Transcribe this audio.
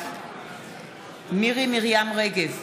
בעד מירי רגב,